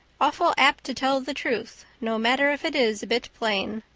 awful apt to tell the truth, no matter if it is a bit plain.